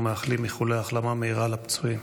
ומאחלים איחולי החלמה מהירה לפצועים.